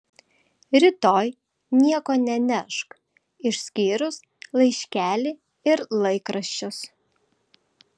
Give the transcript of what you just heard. rytoj nieko nenešk išskyrus laiškelį ir laikraščius